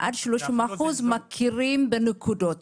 עד 30% מכירים בנקודות.